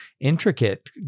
intricate